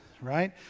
right